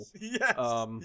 Yes